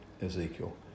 Ezekiel